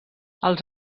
els